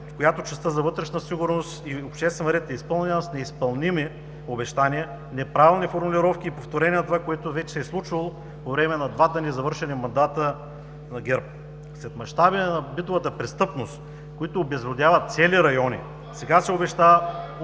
която частта за вътрешната сигурност и обществен ред, е изпълнена с неизпълними обещания, неправилни формулировки и повторения на това, което вече се е случвало по време на двата незавършени мандата на ГЕРБ. С мащаби на битовата престъпност, които обезлюдяват цели райони, сега се обещава